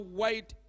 white